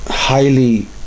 highly